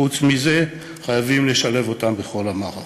חוץ מזה חייבים לשלב אותם בכל המערכות.